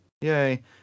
Yay